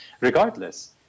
regardless